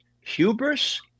Hubris